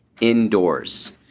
indoors